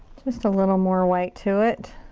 just a little more white to it.